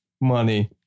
Money